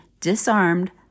disarmed